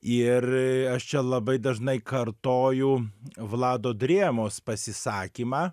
ir aš čia labai dažnai kartoju vlado drėmos pasisakymą